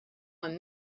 one